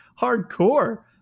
hardcore